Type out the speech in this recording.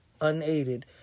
unaided